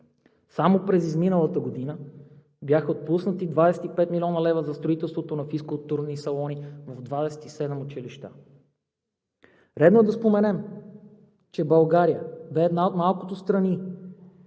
Само през изминалата година бяха отпуснати 25 млн. лв. за строителството на физкултурни салони в 27 училища. Редно е да споменем, че България беше една от малкото страни